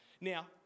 Now